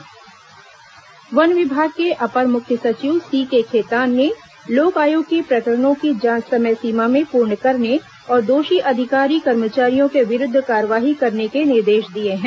लोक आयोग कार्रवाई वन विभाग के अपर मुख्य सचिव सीके खेतान ने लोक आयोग के प्रकरणों की जांच समय सीमा में पूर्ण करने और दोषी अधिकारी कर्मचारियों के विरूद्व कार्रवाई करने के निर्देश दिए हैं